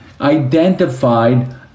identified